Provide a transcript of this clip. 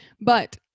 But-